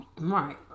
right